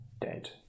dead